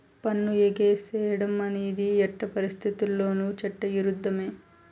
పన్ను ఎగేసేడం అనేది ఎట్టి పరిత్తితుల్లోనూ చట్ట ఇరుద్ధమే